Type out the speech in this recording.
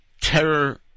terror